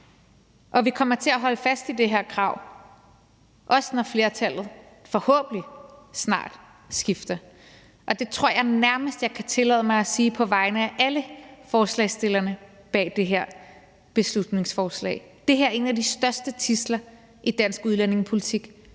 og vi kommer til at holde fast i det her krav, også når flertallet forhåbentlig snart skifter, og det tror jeg nærmest jeg kan tillade mig at sige på vegne af alle forslagsstillerne bag det her beslutningsforslag. Det her er en af de største tidsler i dansk udlændingepolitik.